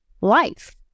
life